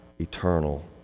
eternal